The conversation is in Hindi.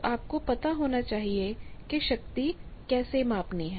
तो आपको पता होना चाहिए कि शक्ति कैसे मापनी है